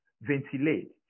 ventilate